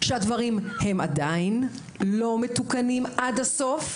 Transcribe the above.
שהדברים עדיין לא מתוקנים עד הסוף,